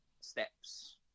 steps